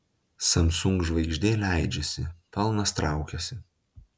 samsung žvaigždė leidžiasi pelnas traukiasi